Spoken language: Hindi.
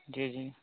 जी जी